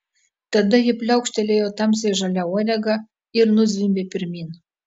tada ji pliaukštelėjo tamsiai žalia uodega ir nuzvimbė pirmyn